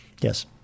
Yes